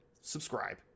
subscribe